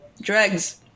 Dregs